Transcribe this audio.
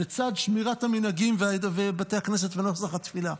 לצד שמירת המנהגים ובתי הכנסת ונוסח התפילה.